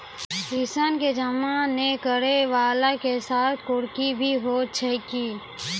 ऋण के जमा नै करैय वाला के साथ कुर्की भी होय छै कि?